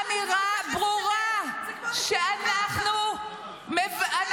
זה כמו נטורי קרתא ---- אמירה ברורה שאנחנו קוראים